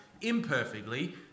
imperfectly